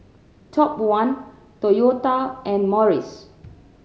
Top One Toyota and Morries